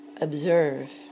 observe